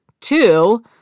two